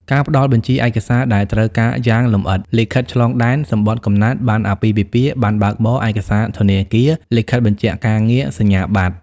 ការផ្តល់បញ្ជីឯកសារដែលត្រូវការយ៉ាងលម្អិត លិខិតឆ្លងដែន សំបុត្រកំណើត ប័ណ្ណអាពាហ៍ពិពាហ៍ ប័ណ្ណបើកបរ ឯកសារធនាគារ លិខិតបញ្ជាក់ការងារ សញ្ញាបត្រ។